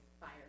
fire